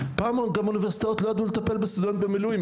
פעם האוניברסיטאות לא ידעו לטפל במילואים,